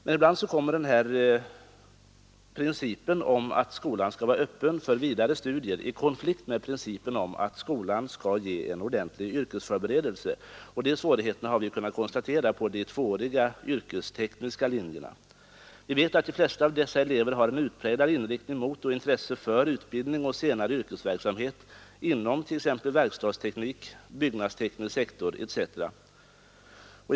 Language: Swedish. Men ibland kommer den här principen om att skolan skall vara öppen för vidare studier i konflikt med principen om att skolan skall ge en ordentlig yrkesförberedelse. Dessa svårigheter har vi kunnat konstatera på de tvååriga yrkestekniska linjerna. Vi vet att de flesta av de utpräglad inriktning mot och intresse för utbildning och senare yrk verksamhet inom t.ex. verkstadsteknik, byggnadsteknisk sektor etc.